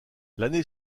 l’année